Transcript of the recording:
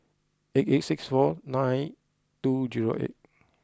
eight eight six four night two zero eight